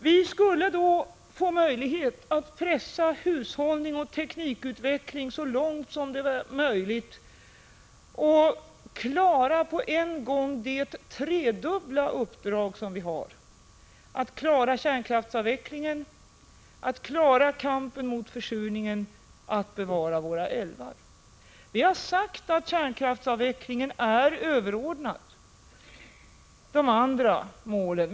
Vi skulle då få möjlighet att pressa hushållning och teknikutveckling så långt som möjligt och på en gång fullgöra det tredubbla uppdrag som vi har — att klara kärnkraftsavvecklingen, att klara kampen mot försurningen och att bevara våra älvar. Vi har sagt att kärnkraftsavvecklingen är överordnad de andra målen.